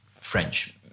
French